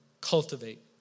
Cultivate